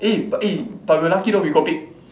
eh but eh but we lucky though we got picked